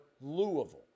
Louisville